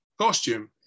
costume